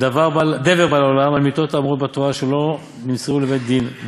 דבר בא לעולם על מיתות האמורות בתורה שלא נמסרו לבית-דין,